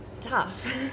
Tough